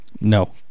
no